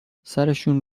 سرشون